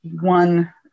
one